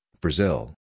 Brazil